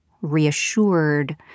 reassured